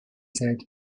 said